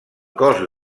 cos